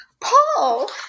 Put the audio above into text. Paul